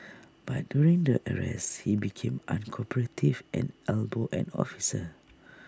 but during the arrest he became uncooperative and elbowed an officer